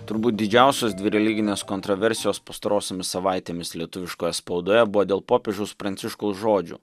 turbūt didžiausios dvi religinės kontroversijos pastarosiomis savaitėmis lietuviškoje spaudoje buvo dėl popiežiaus pranciškaus žodžių